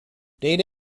data